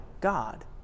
God